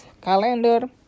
Calendar